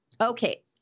Okay